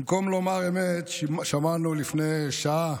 במקום לומר אמת, שמענו לפני שעה